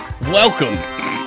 Welcome